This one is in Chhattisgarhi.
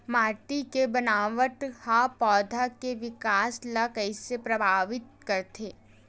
माटी के बनावट हा पौधा के विकास ला कइसे प्रभावित करथे?